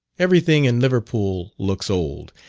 every thing in liverpool looks old,